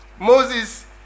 Moses